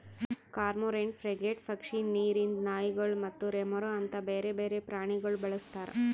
cormorant, frigate ಪಕ್ಷಿ, ನೀರಿಂದ್ ನಾಯಿಗೊಳ್ ಮತ್ತ ರೆಮೊರಾ ಅಂತ್ ಬ್ಯಾರೆ ಬೇರೆ ಪ್ರಾಣಿಗೊಳ್ ಬಳಸ್ತಾರ್